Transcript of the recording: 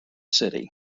city